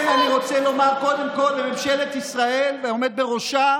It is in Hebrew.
אני רוצה לומר קודם כול לממשלת ישראל ולעומד בראשה,